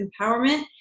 empowerment